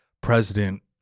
president